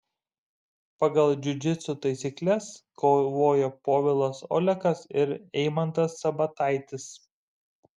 pagal džiudžitsu taisykles kovojo povilas olekas ir eimantas sabataitis